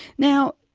now,